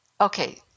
okay